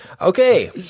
Okay